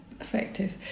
effective